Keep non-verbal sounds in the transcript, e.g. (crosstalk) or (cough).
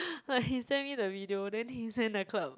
(laughs) like he send me the video then he's in the club